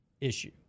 issue